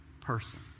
person